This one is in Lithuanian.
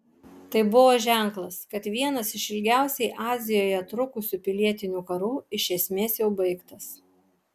tai buvo ženklas kad vienas iš ilgiausiai azijoje trukusių pilietinių karų iš esmės jau baigtas